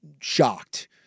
shocked